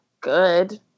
good